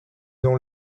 dans